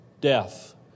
death